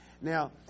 Now